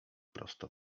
prosto